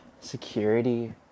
security